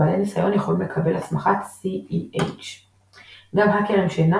בעלי ניסיון יכולים לקבל הסמכת CEH. גם האקרים שאינם